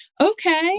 okay